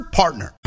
partner